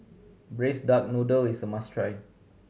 Braised Duck Noodle is a must try